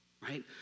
right